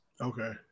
Okay